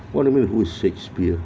what do you mean by who is shakespeare